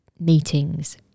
meetings